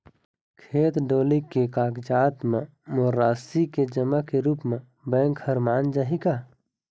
खेत डोली के कागजात म मोर राशि के जमा के रूप म बैंक हर मान जाही का?